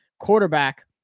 quarterback